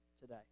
today